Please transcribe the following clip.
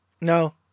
no